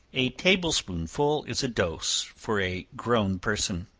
a table-spoonful is a dose for a grown person.